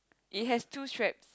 it has two straps